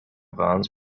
bones